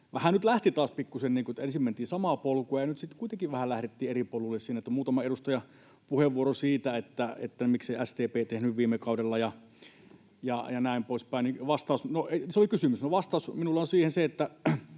tämä nyt lähti taas pikkusen niin, että ensin mentiin samaa polkua ja nyt sitten kuitenkin vähän lähdettiin eri polulle muutaman edustajan puheenvuorossa siitä, miksei SDP tehnyt viime kaudella ja näin poispäin. Vastaus... [Miko Bergbom: